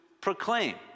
proclaim